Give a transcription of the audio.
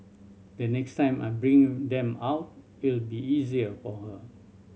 the next time I bring them out it'll be easier to her